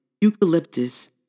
eucalyptus